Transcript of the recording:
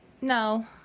no